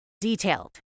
detailed